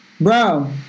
Bro